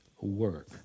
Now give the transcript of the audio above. work